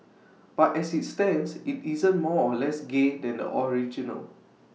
but as IT stands IT isn't more or less gay than the original